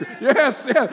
Yes